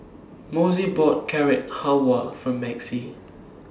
Mossie bought Carrot Halwa For Maxie